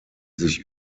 sich